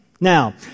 Now